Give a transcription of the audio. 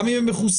גם אם הם מחוסנים,